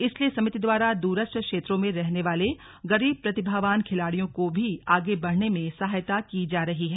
इसलिए समिति द्वारा दूरस्थ क्षेत्रों में रहने वाले गरीब प्रतिभावान खिलाड़ियों को भी आगे बढ़ने में सहायता की जा रही है